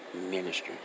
ministry